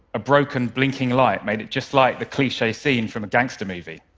a broken, blinking light made it just like the cliche scene from a gangster movie.